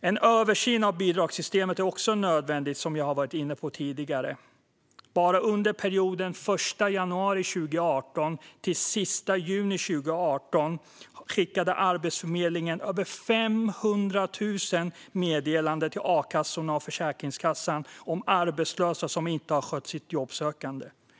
En översyn av bidragssystemet är också nödvändigt, något som jag har varit inne på tidigare. Bara under perioden 1 januari 2018-30 juni 2018 skickade Arbetsförmedlingen över 500 000 meddelanden till a-kassorna och Försäkringskassan om arbetslösa som inte hade skött sitt jobbsökande.